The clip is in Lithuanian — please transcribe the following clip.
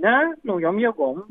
ne naujom jėgom